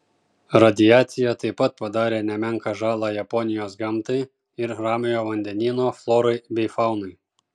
radiacija taip pat padarė nemenką žalą japonijos gamtai ir ramiojo vandenyno florai bei faunai